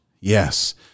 Yes